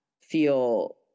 feel